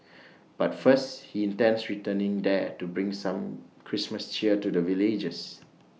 but first he intends returning there to bring some Christmas cheer to the villagers